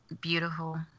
beautiful